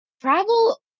Travel